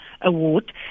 award